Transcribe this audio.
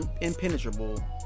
impenetrable